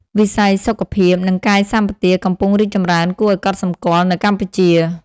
វិស័យសុខភាព និងកាយសម្បទាកំពុងរីកចម្រើនគួរឱ្យកត់សម្គាល់នៅកម្ពុជា។